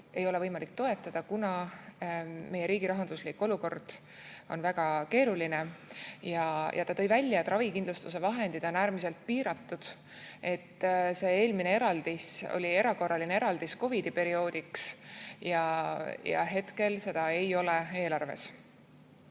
ei ole võimalik toetada, kuna meie riigi rahanduslik olukord on väga keeruline. Ta tõi välja, et ravikindlustuse vahendid on äärmiselt piiratud ja et see eelmine eraldis oli erakorraline eraldis COVID-i-perioodiks ja hetkel seda ei ole Tervisekassa